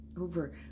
over